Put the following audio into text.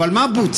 אבל מה בוצע?